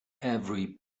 every